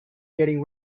getting